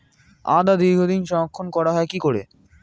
আদা দীর্ঘদিন সংরক্ষণ করা হয় কি করে?